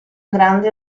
grande